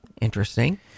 Interesting